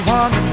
one